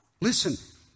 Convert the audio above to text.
Listen